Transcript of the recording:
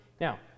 Now